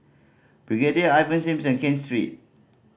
Brigadier Ivan Simson Ken Street